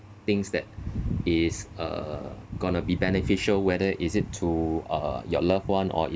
things that is uh gonna be beneficial whether is it to uh your loved one or err